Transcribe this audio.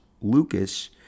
Lucas